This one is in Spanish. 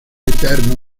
eterno